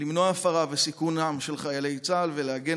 למנוע הפרה וסיכון של חיילי צה"ל ולהגן